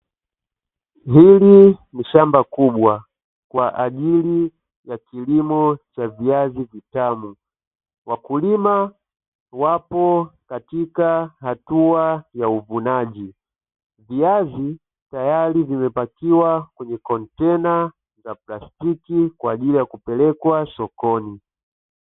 Hili ni shamba kubwa kwa ajili ya kilimo cha viazi vitamu wakulima wapo katika hatua ya uvunaji. Viazi tayari vimepakiwa kwenye kontena za plastiki kwa ajili ya kupelekwa sokoni.